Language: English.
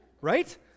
right